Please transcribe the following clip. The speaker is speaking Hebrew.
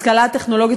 השכלה טכנולוגית,